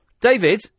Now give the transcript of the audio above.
David